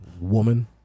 Woman